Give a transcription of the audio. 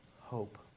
hope